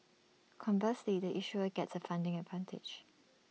conversely the issuer gets A funding advantage